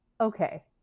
okay